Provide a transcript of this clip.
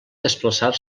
desplaçar